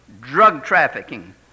drug-trafficking